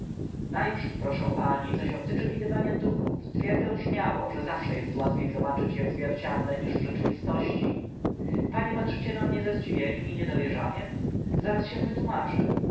przód proszę pani co się tycze widywania duchów twierdzę śmiało że zawsze est łatwie zobaczyć e w zwierciedle niż w rzeczywistości panie patrzycie na mnie ze zdziwieniem i z niedowierzaniem zaraz się wytłumaczę